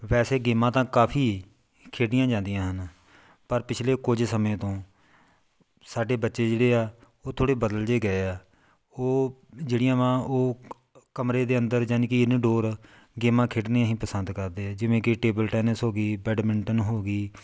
ਵੈਸੇ ਗੇਮਾਂ ਤਾਂ ਕਾਫੀ ਖੇਡੀਆਂ ਜਾਂਦੀਆਂ ਹਨ ਪਰ ਪਿਛਲੇ ਕੁਝ ਸਮੇਂ ਤੋਂ ਸਾਡੇ ਬੱਚੇ ਜਿਹੜੇ ਆ ਉਹ ਥੋੜ੍ਹੇ ਬਦਲ ਜਿਹੇ ਗਏ ਆ ਉਹ ਜਿਹੜੀਆਂ ਵਾਂ ਉਹ ਕਮਰੇ ਦੇ ਅੰਦਰ ਜਾਨੀ ਕਿ ਇਨਡੋਰ ਗੇਮਾਂ ਖੇਡਣੀਆਂ ਹੀ ਪਸੰਦ ਕਰਦੇ ਆ ਜਿਵੇਂ ਕਿ ਟੇਬਲ ਟੈਨਸ ਹੋ ਗਈ ਬੈਡਮਿੰਟਨ ਹੋ ਗਈ